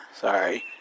Sorry